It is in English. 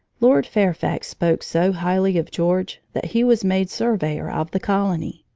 lord fairfax spoke so highly of george that he was made surveyor of the colony.